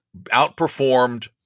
outperformed